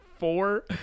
Four